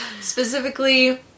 specifically